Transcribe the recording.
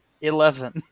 Eleven